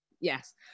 Yes